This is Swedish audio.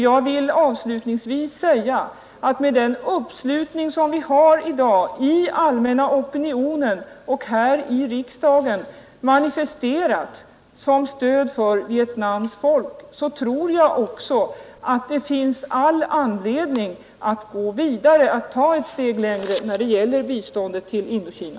Jag vill avslutningsvis säga att med den uppslutning som i dag både den allmänna opinionen och vi här i riksdagen har manifesterat kring stödet för Vietnams folk tror jag också att det finns anledning att gå ett steg längre när det gäller biståndet till Indokina.